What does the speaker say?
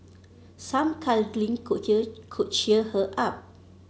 some cuddling could could cheer her up